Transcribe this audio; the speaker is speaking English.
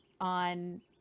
on